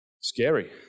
Scary